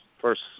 first